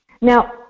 Now